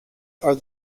are